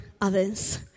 others